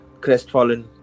crestfallen